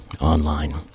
online